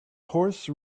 horse